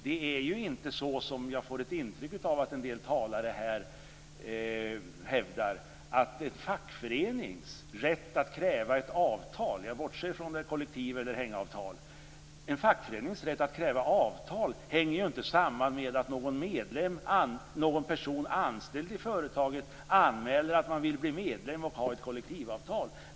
Det är ju inte så som jag får ett intryck av att en del talare här hävdar, att en fackförenings rätt att kräva ett avtal - jag bortser från om det rör sig om kollektivavtal eller hängavtal - hänger ju inte samman med att någon person som är anställd i företaget anmäler medlemskap och att man vill ha ett kollektivavtal.